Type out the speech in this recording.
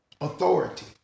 authority